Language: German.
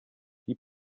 die